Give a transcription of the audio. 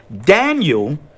Daniel